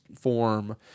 form